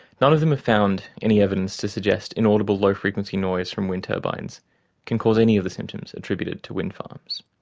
none of them have ah found any evidence to suggest inaudible, low-frequency noise from wind turbines can cause any of the symptoms attributed to wind farms.